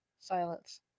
silence